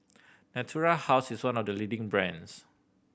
Natura House is one of the leading brands